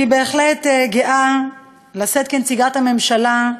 אני בהחלט גאה לשאת, כנציגת הממשלה,